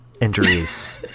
injuries